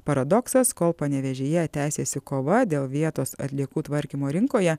paradoksas kol panevėžyje tęsiasi kova dėl vietos atliekų tvarkymo rinkoje